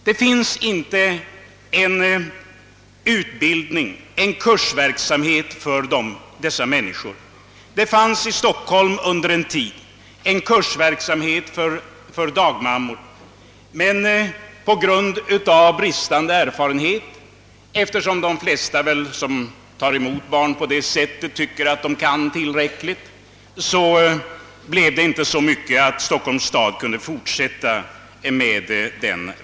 Det finns inte någon kursverksamhet för dessa människor. I Stockholm fanns under en tid en kursverksamhet för dag mammor, men eftersom de flesta som tar emot barn på det sättet tycker att de kan tillräckligt, blev underlaget för verksamheten inte så stort att Stockholms stad kunde fortsätta med den.